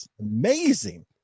Amazing